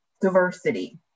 diversity